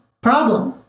problem